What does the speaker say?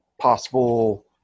possible